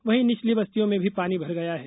वहीं निचली बस्तियों में भी पानी भर गया है